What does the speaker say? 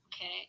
Okay